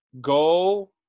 go